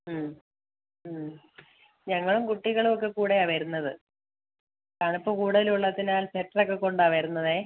ആ ഞങ്ങളും കുട്ടികളും ഒക്കെ കൂടെയാണ് വരുന്നത് തണുപ്പ് കൂടുതൽ ഉള്ളതിനാൽ സ്വെറ്റർ ഒക്കെ കൊണ്ടാണ് വരുന്നത്